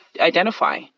identify